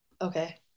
okay